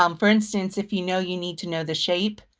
um for instance, if you know you need to know the shape,